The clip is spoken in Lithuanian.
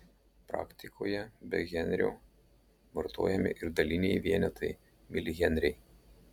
praktikoje be henrio vartojami ir daliniai vienetai milihenriai